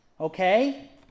okay